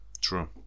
true